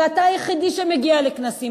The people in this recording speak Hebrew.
ואתה היחידי שמגיע לכנסים,